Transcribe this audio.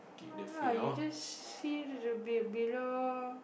no lah you just see the be below